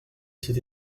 cet